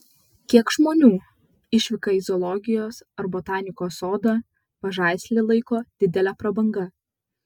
kiek žmonių išvyką į zoologijos ar botanikos sodą pažaislį laiko didele prabanga